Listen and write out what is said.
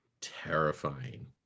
Terrifying